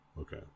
Okay